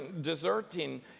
deserting